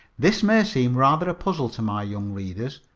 this may seem rather a puzzle to my young readers,